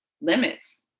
limits